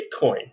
Bitcoin